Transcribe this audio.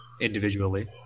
individually